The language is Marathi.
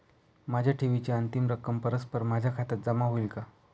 माझ्या ठेवीची अंतिम रक्कम परस्पर माझ्या खात्यात जमा होईल का?